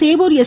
Sevur S